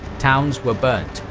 towns were burnt,